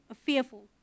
fearful